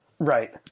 Right